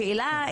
השאלה היא,